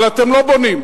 אבל אתם לא בונים.